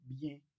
bien